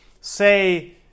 say